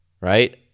right